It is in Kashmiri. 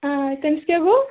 آ تٔمِس کیاہ گوٚو